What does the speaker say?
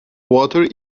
water